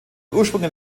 ursprünge